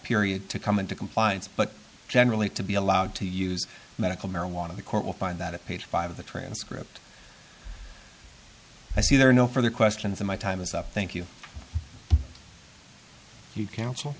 period to come into compliance but generally to be allowed to use medical marijuana the court will find that at page five of the transcript i see there are no further questions in my time is up thank you you counsel